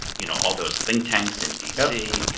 you know all those think tanks in d. c,